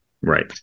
Right